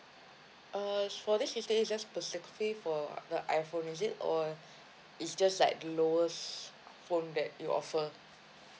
uh for this history is just per sixty for the iPhone is it or it's just like lowest phone that you offer